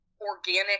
organic